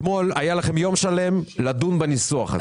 אתמול היה לכם יום שלם לדון בניסוח הזה.